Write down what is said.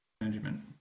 management